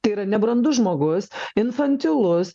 tai yra nebrandus žmogus infantilus